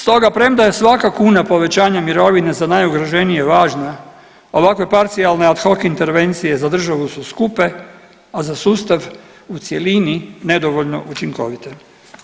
Stoga premda je svaka kuna povećanje mirovine za najugroženije važna ovakve parcijalne ad hoc intervencije za državu su skupe, a za sustav u cjelini nedovoljno učinkovite.